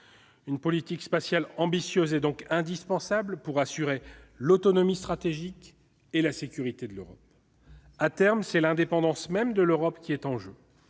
Une politique spatiale ambitieuse est donc indispensable pour assurer l'autonomie stratégique et la sécurité de l'Europe, dont l'indépendance même est, à terme, en jeu.